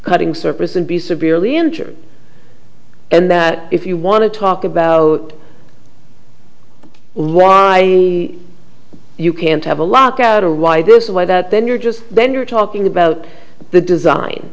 cutting surface and be severely injured and that if you want to talk about why you can't have a lock out of why this why that then you're just then you're talking about the design